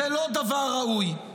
זה לא דבר ראוי.